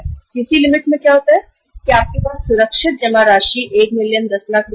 CC limit में आपके पास 1 मिलियन रुपए सुरक्षित जमा है